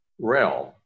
realm